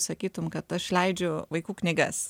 sakytum kad aš leidžiu vaikų knygas